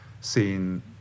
seen